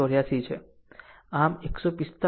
84 છે આમ 145